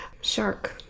shark